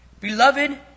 Beloved